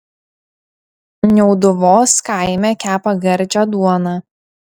niauduvos kaime kepa gardžią duoną